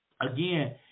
again